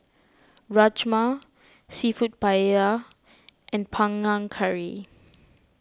Rajma Seafood Paella and Panang Curry